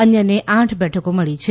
અન્યને આઠ બેઠકો મળી છે